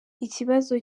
ikibazo